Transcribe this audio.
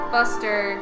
Buster